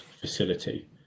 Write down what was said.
facility